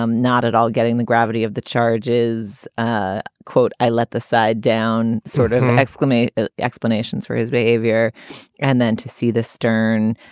um not at all getting the gravity of the charges, ah quote, i let the side down certain sort of exclamation explanations for his behavior and then to see this stern,